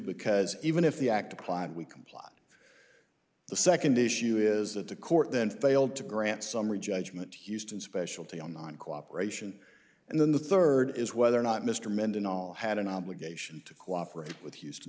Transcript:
because even if the act applied we complied the second issue is that the court then failed to grant summary judgment houston specialty online cooperation and then the third is whether or not mr mendenhall had an obligation to cooperate with houston